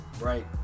right